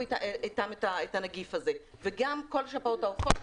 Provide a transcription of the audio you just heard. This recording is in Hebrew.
אתם את הנגיף הזה וגם כל שפעות העופות.